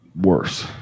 worse